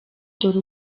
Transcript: dore